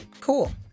Cool